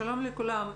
שלום לכולם.